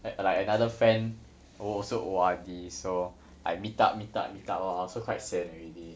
like like another friend who also O_R_D so I meet up meet up meet up lor I also quite sian already